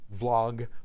vlog